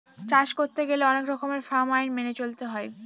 চাষ করতে গেলে অনেক রকমের ফার্ম আইন মেনে চলতে হয়